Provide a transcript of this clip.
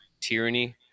tyranny